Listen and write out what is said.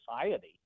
society